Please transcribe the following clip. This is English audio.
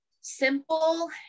simple